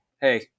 hey